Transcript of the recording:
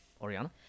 Oriana